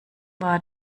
war